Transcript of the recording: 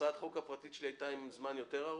הצעת החוק הפרטית שלי הייתה עם זמן יותר ארוך,